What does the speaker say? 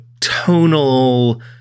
tonal